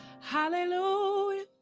Hallelujah